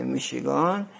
Michigan